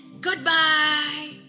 Goodbye